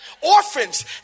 Orphans